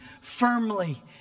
firmly